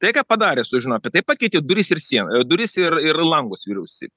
tai ką padarė sužinoję apie tai pakeitė duris ir sien duris ir ir langus vyriausybėj